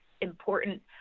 important